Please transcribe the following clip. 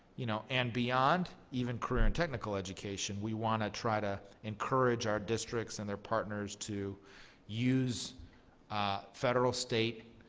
you know and beyond, even career and technical education, we want to try and encourage our districts and their partners to use ah federal, state,